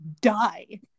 die